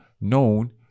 known